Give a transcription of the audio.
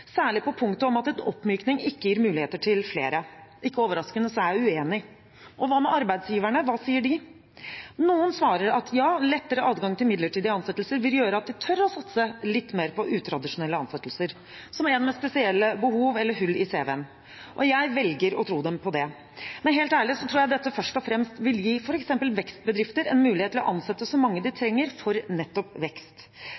særlig på punktet om at en oppmykning ikke gir muligheter for flere. Ikke overraskende er jeg uenig. Hva med arbeidsgiverne, hva sier de? Noen svarer at ja, lettere adgang til midlertidige ansettelser vil gjøre at de tør å satse litt mer på utradisjonelle ansettelser, som en med spesielle behov, eller med hull i CV-en. Og jeg velger å tro dem på det. Men helt ærlig tror jeg dette først og fremst vil gi f.eks. vekstbedrifter en mulighet til å ansette så mange de